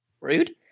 Rude